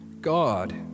God